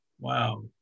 Wow